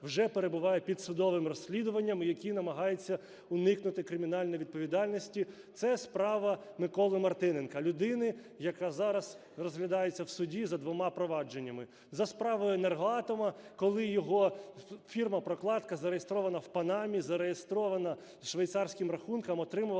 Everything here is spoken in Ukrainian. вже перебувають під судовим розслідуванням, які намагаються уникнути кримінальної відповідальності. Це справа Миколи Мартиненка, людини, яка зараз розглядається в суді за двома провадженнями: за справою "Енергоатома", коли його фірма-прокладка, зареєстрована в Панамі, зареєстрована зі швейцарським рахунком, отримувала